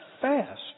fast